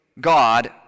God